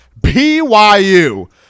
byu